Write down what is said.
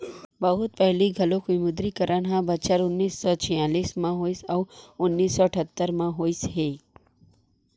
बहुत पहिली घलोक विमुद्रीकरन ह बछर उन्नीस सौ छियालिस म होइस अउ उन्नीस सौ अठत्तर म होइस हे